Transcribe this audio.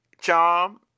Charm